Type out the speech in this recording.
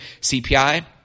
CPI